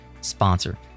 sponsor